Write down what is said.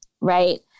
Right